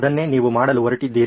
ಅದನ್ನೇ ನೀವು ಮಾಡಲು ಹೊರಟಿದ್ದೀರಿ